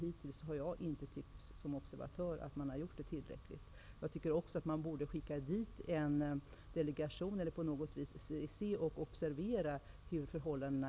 Jag har som observatör ansett att man inte har gjort det tillräckligt hittills. Man borde också skicka dit en delegation för att observera förhållandena.